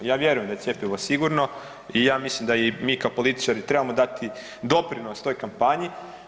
Ja vjerujem da je cjepivo sigurno i ja mislim da i mi kao političari trebamo dati doprinos toj kampanji.